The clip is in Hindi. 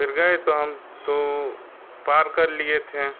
फिर गए तो हम तो पार कर लिए थे